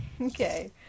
Okay